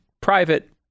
private